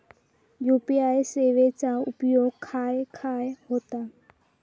UPI सेवेचा उपयोग खाय खाय होता?